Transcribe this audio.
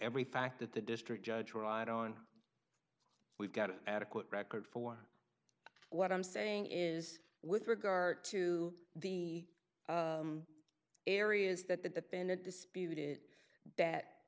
every fact that the district judge will ride on we've got an adequate record for what i'm saying is with regard to the areas that the defendant disputed that